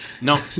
No